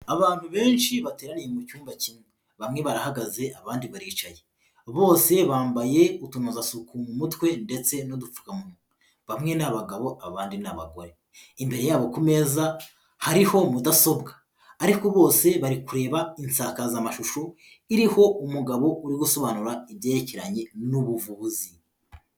Abantu benshi bateraniye mu cyumba kimwe bamwe barahagaze abandi baricaye bose bambaye utunozasuku mu mutwe ndetse n'udupfukamunwa. Bamwe ni abagabo abandi n'abagore, imbere yabo ku meza hariho mudasobwa ariko bose bari kureba insakazamashusho, iriho umugabo uri gusobanura ibyerekeranye n'ubuvuzi.